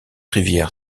rivière